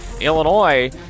Illinois